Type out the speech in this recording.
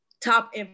top